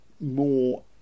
more